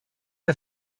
der